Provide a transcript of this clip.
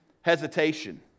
hesitation